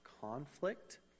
conflict